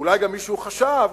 אולי גם מישהו חשב